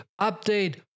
update